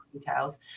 details